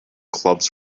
clubs